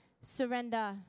surrender